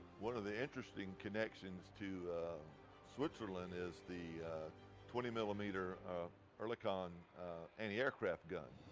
one of the interesting connections to switzerland is the twenty millimeter oerlikon anti-aircraft gun.